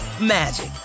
magic